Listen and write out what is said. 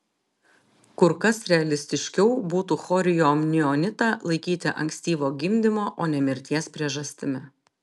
kur kas realistiškiau būtų chorioamnionitą laikyti ankstyvo gimdymo o ne mirties priežastimi